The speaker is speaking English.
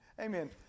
amen